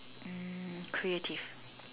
um creative